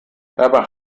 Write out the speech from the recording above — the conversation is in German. dabei